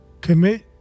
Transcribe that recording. Commit